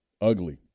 Ugly